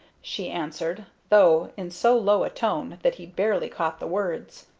she answered, though in so low a tone that he barely caught the words.